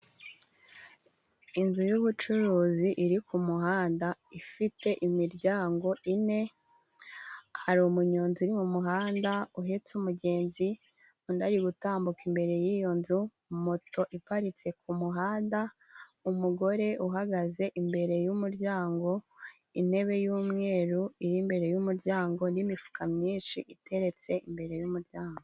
Inzu y'ubucuruzi iri ku kumuhanda ifite imiryango ine, hari umuyonzi uri mu muhanda uhetse umugenzi, undi ari gutambuka imbere y'iyo nzu, moto iparitse ku muhanda, umugore uhagaze imbere yumuryango, intebe y'umweru iri imbere y'umuryango, n'imifuka myinshi iteretse imbere y'umuryango.